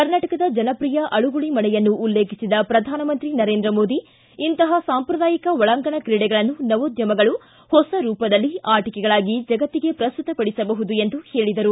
ಕರ್ನಾಟಕದ ಜನಪ್ರಿಯ ಅಳುಗುಳಿ ಮಣಿಯನ್ನು ಉಲ್ಲೇಖಿಸಿದ ಪ್ರಧಾನಮಂತ್ರಿ ನರೇಂದ್ರ ಮೋದಿ ಇಂತಹ ಸಾಂಪ್ರದಾಯಿಕ ಒಳಾಂಗಣ ಕ್ರೀಡೆಗಳನ್ನು ನವೋದ್ಯಯಗಳು ಹೊಸ ರೂಪದಲ್ಲಿ ಆಟಿಕೆಗಳಾಗಿ ಜಗತ್ತಿಗೆ ಪ್ರಸ್ತುತಪಡಿಸಬಹುದು ಎಂದರು